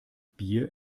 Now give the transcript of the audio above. bier